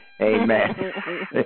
amen